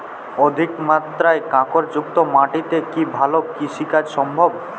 অধিকমাত্রায় কাঁকরযুক্ত মাটিতে কি ভালো কৃষিকাজ সম্ভব?